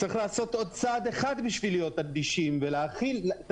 עוד צעד אחד בשביל להיות אדישים ולהחיל את